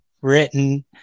written